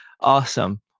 Awesome